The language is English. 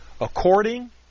According